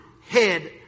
head